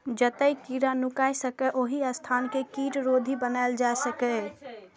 जतय कीड़ा नुकाय सकैए, ओहि स्थान कें कीटरोधी बनाएल जा सकैए